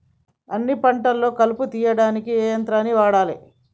అన్ని పంటలలో కలుపు తీయనీకి ఏ యంత్రాన్ని వాడాలే?